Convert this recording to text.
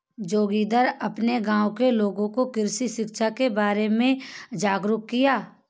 जोगिंदर अपने गांव के लोगों को कृषि शिक्षा के बारे में जागरुक किया